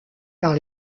par